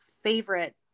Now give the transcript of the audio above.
favorite